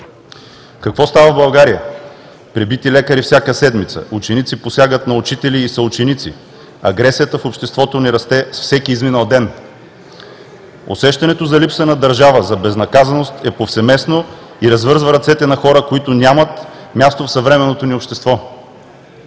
Какво става в България? Пребити лекари всяка седмица, ученици посягат на учители и съученици, агресията в обществото ни расте с всеки изминал ден. Усещането за липса на държава, за безнаказаност е повсеместно и развързва ръцете на хора, които нямат място в съвременното ни общество.